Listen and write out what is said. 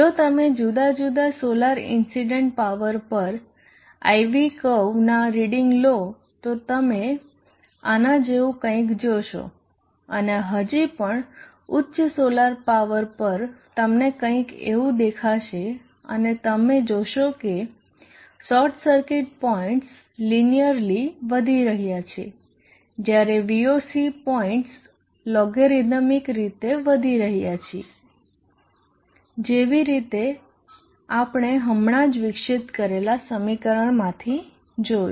જો તમે જુદા જુદા સોલાર ઇન્સીડન્ટ પાવર પર IV કર્વ નાં રીડીંગ લો તો તમે આના જેવું કંઈક જોશે અને હજી પણ ઉચ્ચ સોલર પાવર પર તમને કંઈક એવું દેખાશે અને તમે જોશો કે શોર્ટ સર્કિટ પોઇન્ટ્સ લીનીયરલી વધી રહ્યાં છે જ્યારે Voc પોઇન્ટ્સ લોગરીધમિક રીતે વધી રહ્યા છે જેવી રીતે આપણે હમણાં જ વિકસિત કરેલા સમીકરણમાંથી જોયું